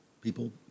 People